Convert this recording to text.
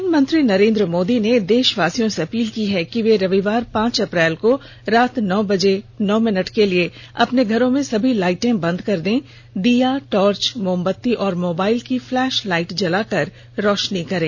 प्रधानमंत्री नरेन्द्र मोदी ने देषवासियों से अपील की है कि वे रविवार पांच अप्रैल को रात नौ बजे नौ मिनट के लिए अपने घरों में सभी लाईटें बंद कर दीया टार्च मोमबत्ती और मोबाइल की फ्लैष लाईट जलाकर रोषनी करें